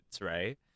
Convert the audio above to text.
right